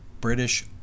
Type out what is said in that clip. British